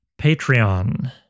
Patreon